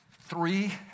Three